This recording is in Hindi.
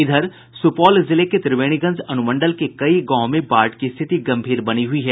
इधर सुपौल जिले के त्रिवेणीगंज अनुमंडल के कई गांवों में बाढ़ की स्थित गंभीर बनी हुयी है